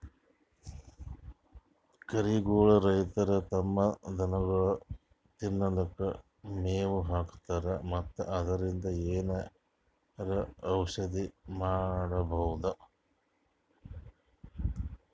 ಕಳಿಗೋಳ್ ರೈತರ್ ತಮ್ಮ್ ದನಗೋಳಿಗ್ ತಿನ್ಲಿಕ್ಕ್ ಮೆವ್ ಹಾಕ್ತರ್ ಮತ್ತ್ ಅದ್ರಿನ್ದ್ ಏನರೆ ಔಷದ್ನು ಮಾಡ್ಬಹುದ್